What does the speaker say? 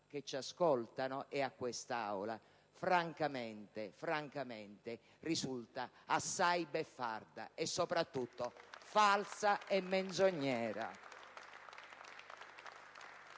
che ci ascoltano e a quest'Aula -francamente risulta assai beffarda e, soprattutto, falsa e menzognera.